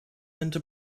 into